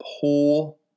pull